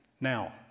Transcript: Now